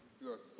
yes